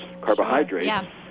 carbohydrates